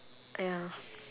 ya